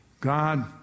God